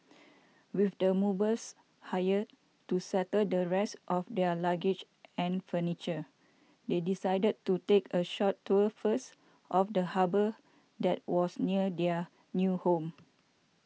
with the movers hired to settle the rest of their luggage and furniture they decided to take a short tour first of the harbour that was near their new home